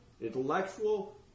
intellectual